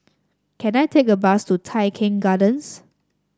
can I take a bus to Tai Keng Gardens